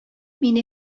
мине